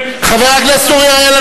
חבר הכנסת אורי אריאל,